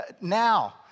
now